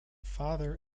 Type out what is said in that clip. father